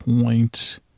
point